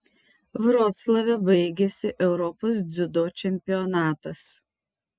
vroclave baigėsi europos dziudo čempionatas